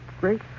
Great